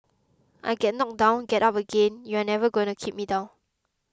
I get knocked down get up again you're never gonna keep me down